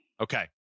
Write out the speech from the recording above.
Okay